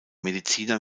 mediziner